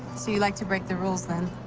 so you like to break the rules, then?